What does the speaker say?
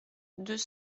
deux